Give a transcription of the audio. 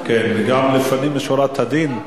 לפנים משורת הדין,